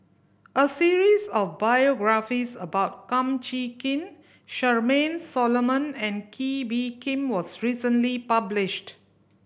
a series of biographies about Kum Chee Kin Charmaine Solomon and Kee Bee Khim was recently published